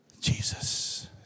Jesus